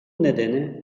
nedeni